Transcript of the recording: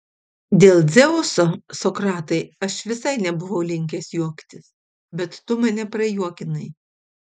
dėl dzeuso sokratai aš visai nebuvau linkęs juoktis bet tu mane prajuokinai